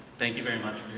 thank you very much